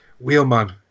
Wheelman